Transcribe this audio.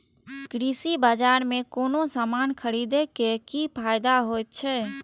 कृषि बाजार में कोनो सामान खरीदे के कि फायदा होयत छै?